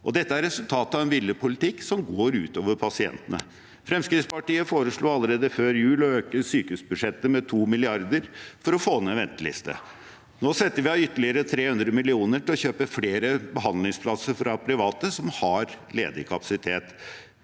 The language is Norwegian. dette er resultatet av en villet politikk som går ut over pasientene. Fremskrittspartiet foreslo allerede før jul å øke sykehusbudsjettet med to milliarder kroner for å få ned ventelistene. Nå setter vi av ytterligere 300 mill. kr til å kjøpe flere behandlingsplasser fra private som har ledig kapasitet.